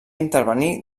intervenir